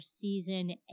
season